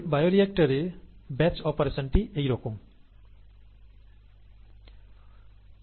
বায়োরিক্টরে batch অপারেশনটি এরকমই